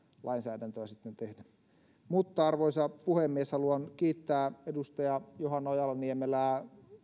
lainsäädäntöä sitten tehdä arvoisa puhemies haluan kiittää edustaja johanna ojala niemelää